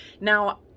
Now